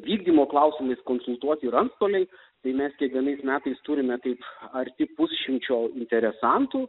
vykdymo klausimais konsultuoti ir antstoliai tai mes kiekvienais metais turime taip arti pusšimčio interesantų